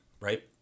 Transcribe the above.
right